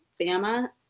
Bama